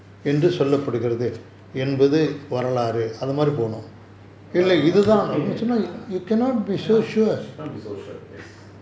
err you cannot be so sure yes